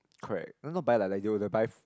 correct no no buy like that they will